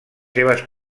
seves